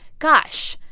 gosh,